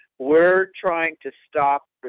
we're trying to stop,